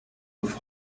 auf